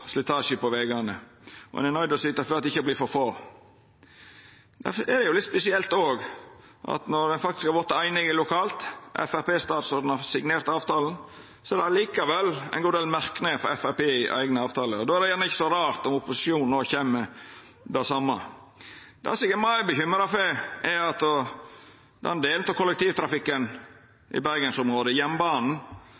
slitasje på vegane, og ein er nøydd til å syta for at det ikkje vert for få. Difor er det òg litt spesielt at når ein faktisk har vorte einig lokalt, og Framstegsparti-statsråden har signert avtalen, kjem det likevel ein god del merknader frå Framstegspartiet i eigen avtale. Då er det ikkje så rart om opposisjonen òg kjem med det same. Det eg er meir bekymra for, er at den delen av kollektivtrafikken